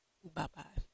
Bye-bye